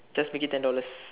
just make it ten dollars